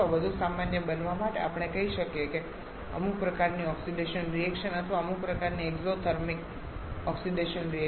અથવા વધુ સામાન્ય બનવા માટે આપણે કહી શકીએ કે અમુક પ્રકારની ઓક્સિડેશન રિએક્શન અથવા અમુક પ્રકારની એક્ઝોથર્મિક ઓક્સિડેશન રિએક્શન થવી જોઈએ